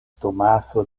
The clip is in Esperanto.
tomaso